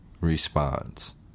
response